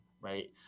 right